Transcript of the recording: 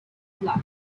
bluff